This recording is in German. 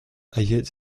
erhielt